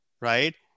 right